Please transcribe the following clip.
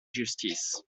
justice